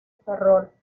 ferrol